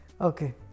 Okay